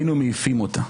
היינו מעיפים אותה.